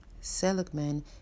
Seligman